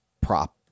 prop